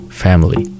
family